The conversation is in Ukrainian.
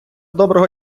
доброго